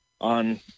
on